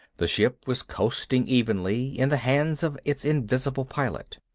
the ship was coasting evenly, in the hands of its invisible pilot.